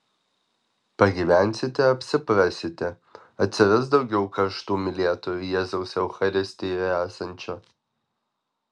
pagyvensite apsiprasite atsiras daugiau karštų mylėtojų jėzaus eucharistijoje esančio